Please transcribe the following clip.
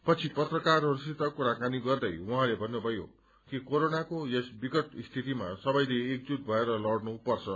पछि पत्रकारहस्सित कुराकानी गर्दै उहाँले भन्नुभयो कि कोरोनाको यस विकट स्थितिमा सबैले एकजूट भएर लड़नुपर्छ